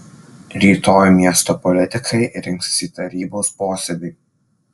rytoj miesto politikai rinksis į tarybos posėdį